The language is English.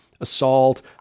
assault